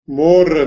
more